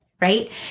right